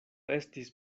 estis